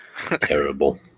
Terrible